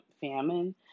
famine